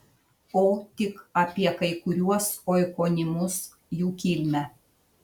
o tik apie kai kuriuos oikonimus jų kilmę